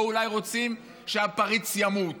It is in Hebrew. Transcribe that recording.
אולי רוצים שהפריץ ימות